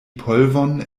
polvon